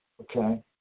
okay